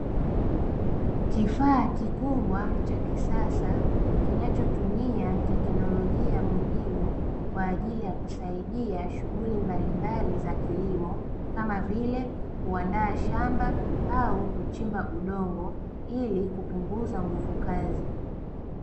Kifaa kikubwa cha kisasa kinachotumia teknolojia muhimu kwa ajili ya kusaidia shughuli mbalimbali za kilimo, kama vile kuandaa shamba au kuchimba udongo ili kupunguza nguvu kazi.